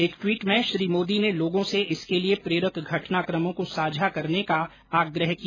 एक ट्वीट में श्री मोदी ने लोगों से इसके लिए प्रेरक घटनाकमों को साझा करने का आग्रह किया